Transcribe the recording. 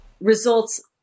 results